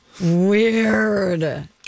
Weird